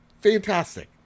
fantastic